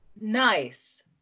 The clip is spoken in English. Nice